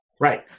right